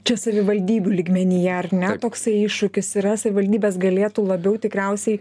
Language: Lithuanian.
čia savivaldybių lygmenyje ar ne toksai iššūkis yra savivaldybės galėtų labiau tikriausiai